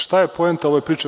Šta je poenta ove priče.